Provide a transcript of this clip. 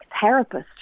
therapist